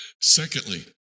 Secondly